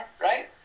right